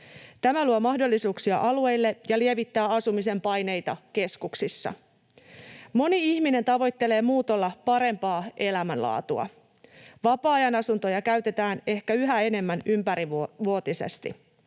Tämä luo mahdollisuuksia alueille ja lievittää asumisen paineita keskuksissa. Moni ihminen tavoittelee muutolla parempaa elämänlaatua. Vapaa-ajanasuntoja käytetään ehkä yhä enemmän ympärivuotisesti.